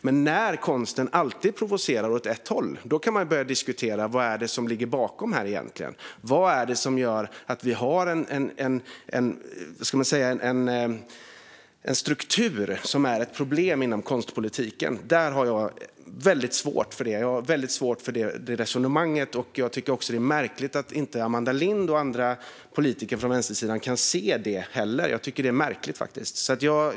Men när konsten alltid provocerar åt ett håll kan man börja diskutera: Vad är det som ligger bakom egentligen? Vad är det som gör att vi har en struktur som är ett problem inom konstpolitiken? Jag har väldigt svårt för det resonemanget. Det är märkligt att inte Amanda Lind och andra politiker från vänstersidan kan se det. Jag tycker att det är märkligt.